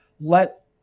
let